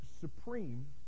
supreme